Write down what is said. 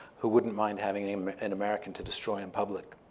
who wouldn't mind having an um and american to destroy in public.